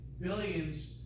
billions